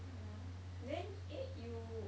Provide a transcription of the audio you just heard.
mm then eh you